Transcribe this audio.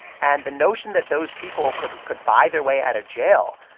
and the notion that those people could could buy their way out of jail